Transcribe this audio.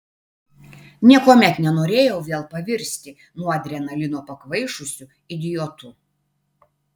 niekuomet nenorėjau vėl pavirsti nuo adrenalino pakvaišusiu idiotu